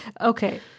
Okay